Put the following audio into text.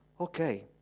Okay